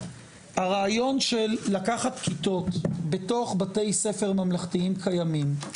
הרעיון של לקחת כיתות בתוך בתי ספר ממלכתיים קיימים,